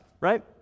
Right